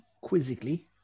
Quizzically